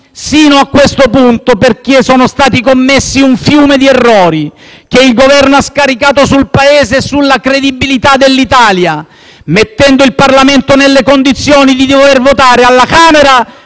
fino a questo punto perché è stato commesso un fiume di errori, che il Governo ha scaricato sul Paese e sulla credibilità dell'Italia, mettendo il Parlamento nelle condizioni, alla Camera,